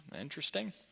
Interesting